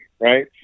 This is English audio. Right